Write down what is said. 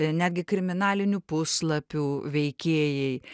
netgi kriminalinių puslapių veikėjai